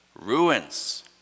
ruins